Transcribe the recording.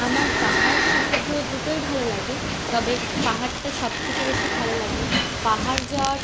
আমার পাহাড় সমুদ্র দুটোই ভালো লাগে তবে পাহাড়টা সবথেকে বেশি ভালো লাগে পাহাড় যাওয়ার